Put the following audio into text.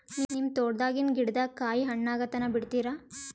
ನಿಮ್ಮ ತೋಟದಾಗಿನ್ ಗಿಡದಾಗ ಕಾಯಿ ಹಣ್ಣಾಗ ತನಾ ಬಿಡತೀರ?